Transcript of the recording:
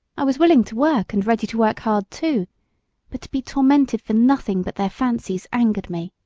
i was willing to work, and ready to work hard too but to be tormented for nothing but their fancies angered me.